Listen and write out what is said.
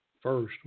first